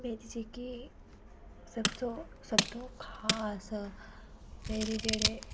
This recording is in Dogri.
मेरी जेह्की सबतु सबतु खास मेरे जेह्ड़े